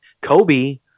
Kobe